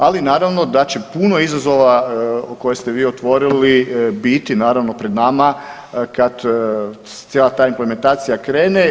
Ali naravno da će puno izazova koje ste vi otvorili biti naravno pred nama kad cijela ta implementacija krene.